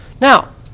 Now